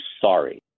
sorry